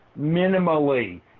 minimally